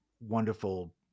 wonderful